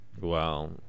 Wow